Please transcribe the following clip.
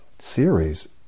series